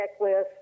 checklist